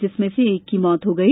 जिसमें से एक की मृत्यु हो गई